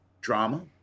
drama